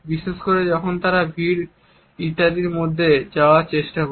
বিশেষ করে যখন তারা ভিড় ইত্যাদির মধ্য দিয়ে যাওয়ার চেষ্টা করে